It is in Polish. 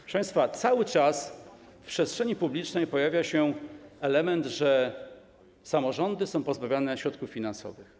Proszę państwa, cały czas w przestrzeni publicznej pojawia się element, że samorządy są pozbawiane środków finansowych.